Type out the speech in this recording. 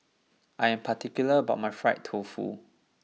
I am particular about my Fried Tofu